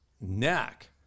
neck